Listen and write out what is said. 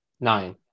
Nine